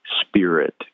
spirit